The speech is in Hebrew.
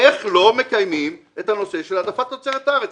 איך לא מקיימים את הנושא של העדפת תוצרת הארץ,